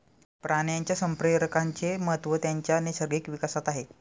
प्राण्यांच्या संप्रेरकांचे महत्त्व त्यांच्या नैसर्गिक विकासात आहे